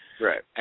Right